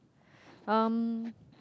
um